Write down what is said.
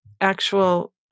actual